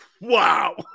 Wow